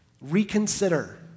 Reconsider